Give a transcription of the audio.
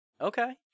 Okay